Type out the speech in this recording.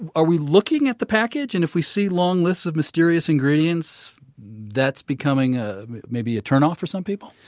are we looking at the package package and if we see long lists of mysterious ingredients that's becoming ah maybe a turnoff for some people?